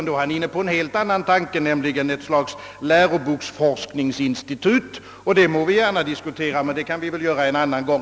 Då är han inne på en helt annan tanke, nämligen ett slags läroboksforskningsinstitut. Det må vi också gärna diskutera, men det får vi då göra en annan gång.